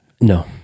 no